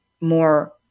more